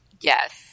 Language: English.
Yes